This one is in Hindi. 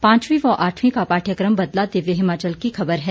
पांचवीं व आठवीं का पाठ्यक्रम बदला दिव्य हिमाचल की खबर है